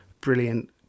brilliant